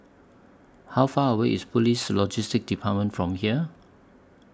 How Far away IS Police Logistics department from here